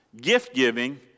gift-giving